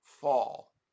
fall